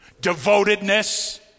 Devotedness